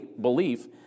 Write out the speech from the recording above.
belief